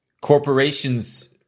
corporations